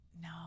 No